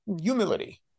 humility